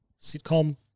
sitcom